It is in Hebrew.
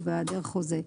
ובהעדר חוזה,